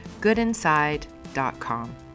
goodinside.com